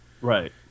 Right